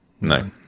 No